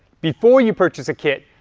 before you purchase a kit,